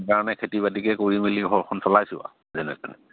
সেইকাৰণে খেতি বাতিকে কৰি মেলি ঘৰখন চলাইছোঁ আৰু যেনে তেনে